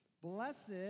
Blessed